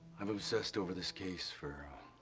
i've obsessed over this case for